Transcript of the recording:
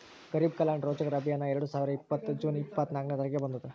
ಗರಿಬ್ ಕಲ್ಯಾಣ ರೋಜಗಾರ್ ಅಭಿಯಾನ್ ಎರಡು ಸಾವಿರದ ಇಪ್ಪತ್ತ್ ಜೂನ್ ಇಪ್ಪತ್ನೆ ತಾರಿಕ್ಗ ಬಂದುದ್